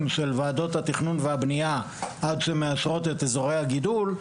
של וועדות התכנון והבנייה שמאשרות את אזורי הגידול.